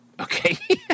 okay